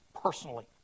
personally